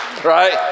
right